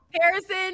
Harrison